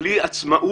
בלי גיבוי, בלי עצמאות